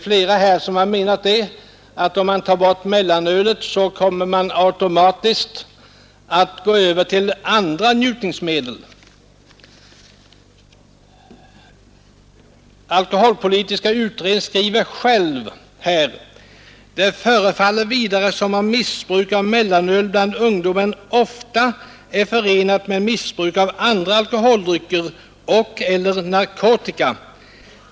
Flera har menat att om vi tar bort mellanölet kommer man automatiskt att gå över till andra njutningsmedel. Alkoholpolitiska utredningen skriver: ”Det förefaller vidare som om missbruk av mellanöl bland ungdom ofta är förenat med missbruk av andra alkoholdrycker och/eller narkotika.